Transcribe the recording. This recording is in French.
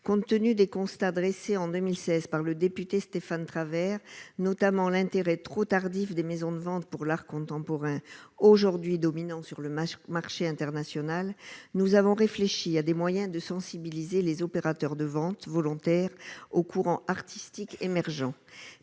compte tenu des constats dressés en 2016 par le député Stéphane Travert notamment l'intérêt trop tardive des maisons de vente pour l'art contemporain, aujourd'hui dominant sur le match, marché international, nous avons réfléchi à des moyens de sensibiliser les opérateurs de vente volontaire au courant artistique émergents